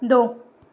दो